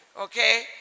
Okay